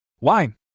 Wine